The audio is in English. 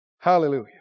Hallelujah